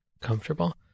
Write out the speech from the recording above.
comfortable